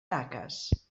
taques